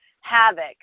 havoc